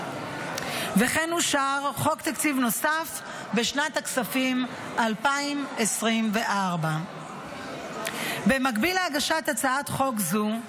וכן אושר חוק תקציב נוסף בשנת הכספים 2024. במקביל להגשת הצעת חוק זו,